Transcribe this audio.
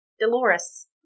Dolores